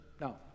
Now